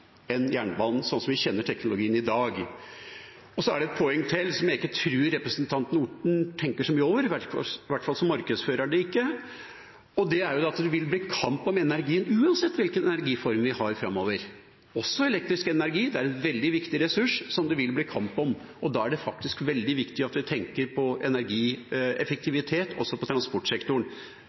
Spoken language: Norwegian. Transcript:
jernbanen, slik vi kjenner teknologien i dag. Så er det et poeng til, som jeg ikke tror representanten Orten tenker så mye over, iallfall markedsfører han det ikke, og det er at det vil bli kamp om energien, uansett hvilken energiform vi har framover, også elektrisk energi, for det er en veldig viktig ressurs, som det vil bli kamp om. Og da er det faktisk veldig viktig at vi tenker på energieffektivitet også i transportsektoren.